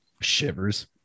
Shivers